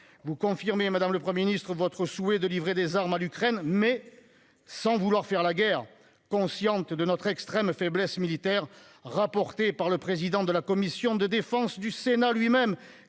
vous confirmez, madame le Premier ministre, votre souhait de livrer des armes à l'Ukraine, mais sans vouloir faire la guerre, consciente de notre extrême faiblesse militaire, soulignée par le président de la commission des affaires